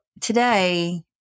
today